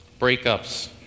breakups